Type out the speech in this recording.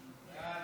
חוק